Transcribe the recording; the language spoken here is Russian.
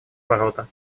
ворота